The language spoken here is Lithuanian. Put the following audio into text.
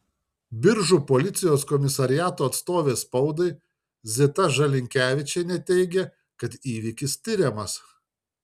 biržų policijos komisariato atstovė spaudai zita žalinkevičienė teigė kad įvykis tiriamas